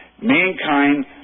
Mankind